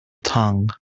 tongue